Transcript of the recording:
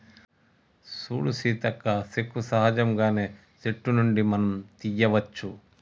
సూడు సీతక్క సెక్క సహజంగానే సెట్టు నుండి మనం తీయ్యవచ్చు